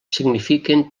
signifiquen